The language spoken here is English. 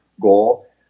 goal